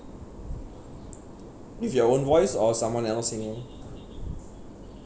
with your own voice or someone else singing